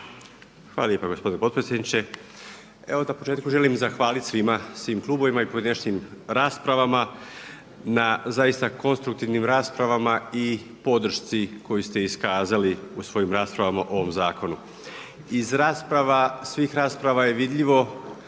Hvala lijepa gospodine potpredsjedniče. Evo odmah na početku želim zahvaliti svima, svim klubovima i pojedinačnim raspravama na zaista konstruktivnim raspravama i podršci koju ste izrazili u svojim raspravama o ovome zakonu. Iz svih rasprava je vidljivo,